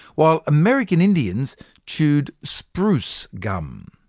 while american indians chewed spruce gum.